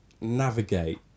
navigate